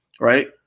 Right